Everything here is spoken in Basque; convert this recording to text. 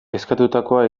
eskatutakoa